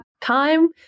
time